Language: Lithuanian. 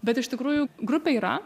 bet iš tikrųjų grupė yra